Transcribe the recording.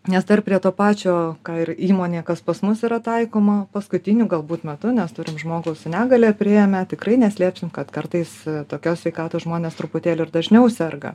nes dar prie to pačio ką ir įmonė kas pas mus yra taikoma paskutiniu galbūt metu mes turim žmogų su negalia priėmę tikrai neslėpsim kad kartais tokios sveikatos žmonės truputėlį ir dažniau serga